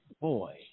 boy